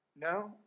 No